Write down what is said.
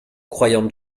croyant